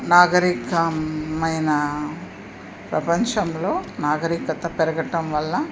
నాగరికమైన ప్రపంచంలో నాగరికత పెరగటం వల్ల